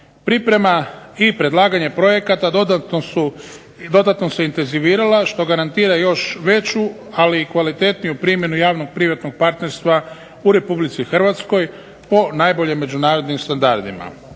priprema i predlaganje projekata dodatno se intezivirala što garantira još veću, ali i kvalitetniju primjenu javno-privatnog partnerstva u RH po najboljim međunarodnim standardima.